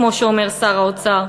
כמו שאומר שר האוצר,